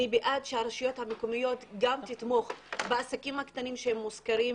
אני בעד שהרשויות המקומיות יתמכו בעסקים הקטנים ששוכרים